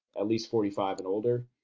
at least forty five and older,